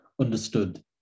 understood